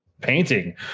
painting